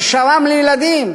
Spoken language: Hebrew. של שר"מ לילדים.